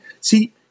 See